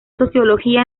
sociología